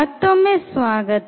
ಮತ್ತೊಮ್ಮೆ ಸ್ವಾಗತ